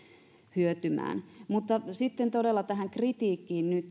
hyötymään mutta todella tähän kritiikkiin